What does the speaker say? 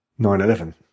911